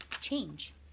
change